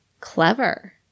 Clever